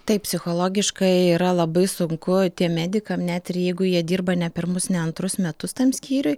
taip psichologiškai yra labai sunku tiem medikam net ir jeigu jie dirba ne pirmus ne antrus metus tam skyriuj